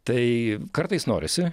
tai kartais norisi